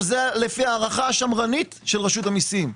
זה לפי ההערכה השמרנית של רשות המיסים.